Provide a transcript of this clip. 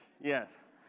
yes